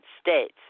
States